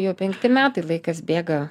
jau penkti metai laikas bėga